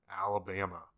Alabama